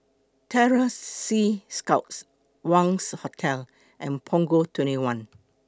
Terror Sea Scouts Wangz Hotel and Punggol twenty one